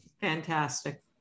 Fantastic